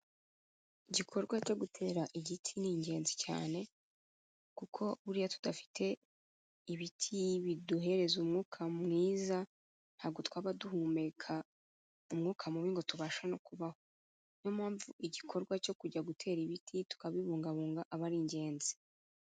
Igikorwa cyo gutera igiti ni ingenzi cyane kuko buriya tudafite ibiti biduhereza umwuka mwiza ntabwo twaba duhumeka umwuka mubi ngo tubashe no kubaho. Ni yo mpamvu igikorwa cyo kujya gutera ibiti tukabibungabunga aba ari ingenzi.